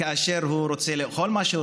כאשר הוא רוצה לאכול משהו,